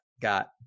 Got